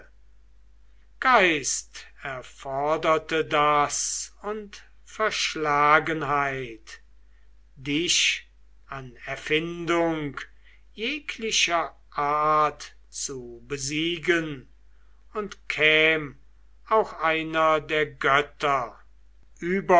geist erforderte das und verschlagenheit dich an erfindung jeglicher art zu besiegen und käm auch einer der götter